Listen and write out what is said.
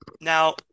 Now